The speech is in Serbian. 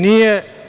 Nije.